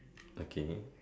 okay